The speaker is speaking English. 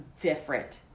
different